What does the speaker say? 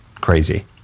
crazy